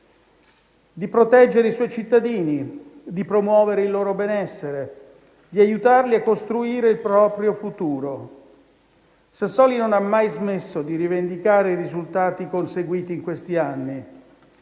di proteggere i suoi cittadini, di promuovere il loro benessere, di aiutarli a costruire il proprio futuro. Sassoli non ha mai smesso di rivendicare i risultati conseguiti in questi anni,